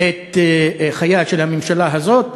את חייה של הממשלה הזאת,